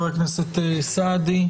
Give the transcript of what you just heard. בוקר טוב לחבר הכנסת סעדי.